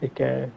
Okay